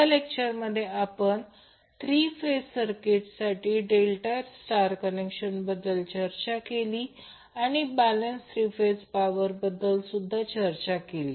ह्या लेक्चरमध्ये आपण थ्री फेज सर्किटसाठी डेल्टा स्टार कनेक्शनबद्दल चर्चा केली आणि बॅलेन्स थ्रीफेज पॉवरबद्दल सुद्धा चर्चा केली